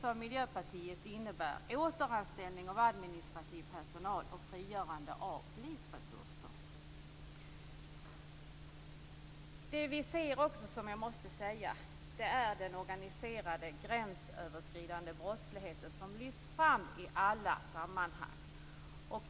För Miljöpartiet innebär det återanställning av administrativ personal och frigörande av polisresurser. Vi ser också att den organiserade, gränsöverskridande brottsligheten lyfts fram i alla sammanhang.